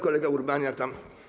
Kolega Urbaniak tam.